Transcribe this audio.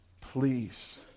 Please